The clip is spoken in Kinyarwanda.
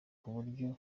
kuburyo